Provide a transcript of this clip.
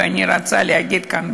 ואני רוצה להגיד כאן,